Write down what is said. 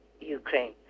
Ukraine